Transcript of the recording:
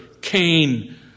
Cain